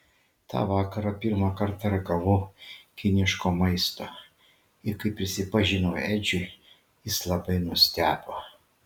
tą vakarą pirmą kartą ragavau kiniško maisto ir kai prisipažinau edžiui jis labai nustebo